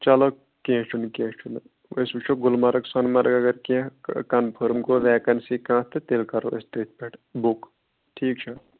چلو کیٚنٛہہ چھُنہٕ کیٚنٛہہ چھُنہٕ أسۍ وٕچھو گُلمرگ سۄنہٕ مَرٕگ اگر کیٚنٛہہ کَنفٲرٕم گوٚو وٮ۪کَنسی کانٛہہ تہٕ تیٚلہِ کَرو أسۍ تٔتھۍ پٮ۪ٹھ بُک ٹھیٖک چھےٚ